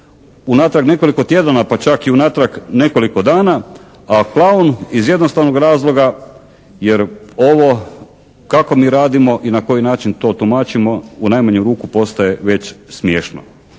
unatrag nekoliko tjedana, pa čak i unatrag nekoliko dana, a klaun iz jednostavnog razloga jer ovo kako mi radimo i na koji način to tumačimo u najmanju ruku postaje već smiješno..